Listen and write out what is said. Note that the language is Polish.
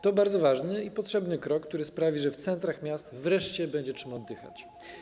To bardzo ważny i potrzebny krok, który sprawi, że w centrach miast wreszcie będzie czym oddychać.